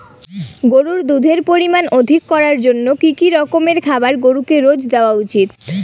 গরুর দুধের পরিমান অধিক করার জন্য কি কি রকমের খাবার গরুকে রোজ দেওয়া উচিৎ?